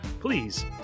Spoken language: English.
Please